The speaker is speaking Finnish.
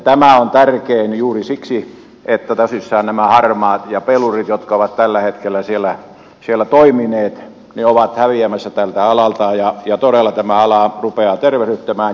tämä on tärkeintä juuri siksi että tosissaan nämä harmaat ja pelurit jotka ovat tällä hetkellä siellä toimineet ovat häviämässä tältä alalta ja todella tämä ala rupeaa tervehtymään